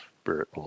Spirit